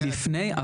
לפני.